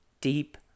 deep